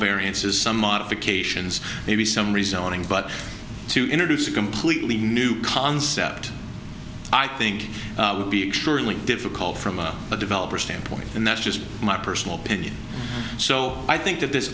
variances some modifications maybe some rezoning but to introduce a completely new concept i think would be surely difficult from a developer standpoint and that's just my personal opinion so i think that this